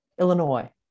Illinois